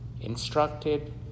instructed